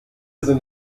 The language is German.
sind